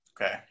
Okay